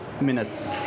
minutes